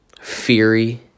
Fury